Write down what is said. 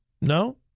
No